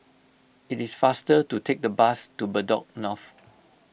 it is faster to take the bus to Bedok North